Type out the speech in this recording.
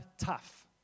tough